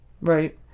right